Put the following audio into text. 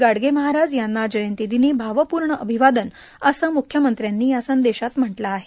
गाडगे महाराज यांना जयंतीदिनी भावपूर्ण अभिवादन असं मुख्यमंत्र्यांनी या संदेशात म्हटलं आहे